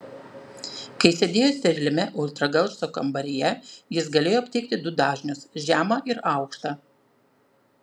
kai sėdėjo steriliame ultragarso kambaryje jis galėjo aptikti du dažnius žemą ir aukštą